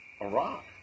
Iraq